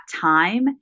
time